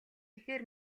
ихээр